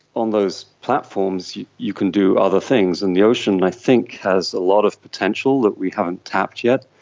on those platforms you you can do other things, and the ocean i think has a lot of potential that we haven't tapped yet.